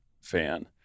fan